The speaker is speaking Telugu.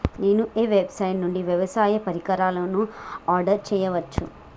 నేను ఏ వెబ్సైట్ నుండి వ్యవసాయ పరికరాలను ఆర్డర్ చేయవచ్చు?